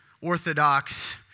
Orthodox